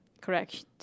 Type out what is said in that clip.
Correct